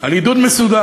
על עידוד מסודר,